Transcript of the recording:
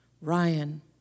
Ryan